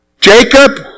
Jacob